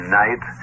night